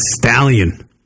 stallion